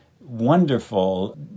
wonderful